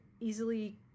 easily